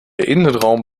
innenraum